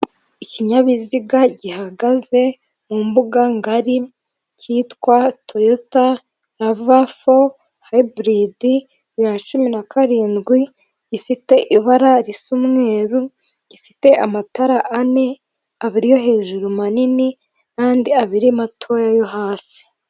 Ikinyabiziga gihagaze mu mbuga ngari, kitwa toyota rava fo hayiburidi, bibiri na cumi na karindwi, ifite ibara risa umweru gifite amatara ane, abiri yo hejuru manini n'andi abiri matoya yo hasi.